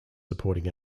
supporting